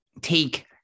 take